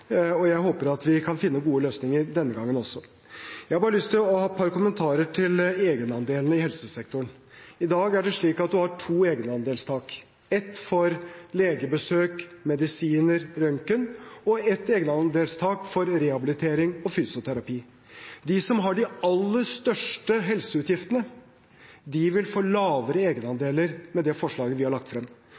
og jeg håper at vi kan finne gode løsninger denne gangen også. Jeg har bare lyst til å gi et par kommentarer til egenandelene i helsesektoren. I dag er det slik at man har to egenandelstak – et for legebesøk, medisiner, røntgen og et for rehabilitering og fysioterapi. De som har de aller største helseutgiftene, vil få lavere egenandeler med det forslaget vi har lagt frem.